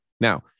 Now